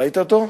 ראית אותו?